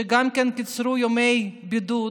שגם קיצרו ימי בידוד,